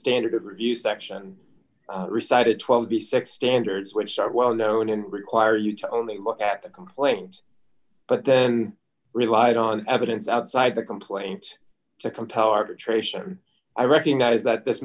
standard of review section recited twelve b six standards which are well known and require you to only look at the complaint but relied on evidence outside the complaint to compel arbitration i recognize that this